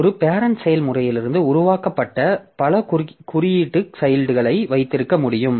ஒரு பேரெண்ட் செயல்முறையிலிருந்து உருவாக்கப்பட்ட பல குறுக்கீடு சைல்ட்களை வைத்திருக்க முடியும்